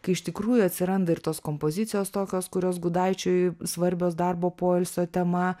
kai iš tikrųjų atsiranda ir tos kompozicijos tokios kurios gudaičiui svarbios darbo poilsio tema